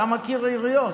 אתה מכיר עיריות?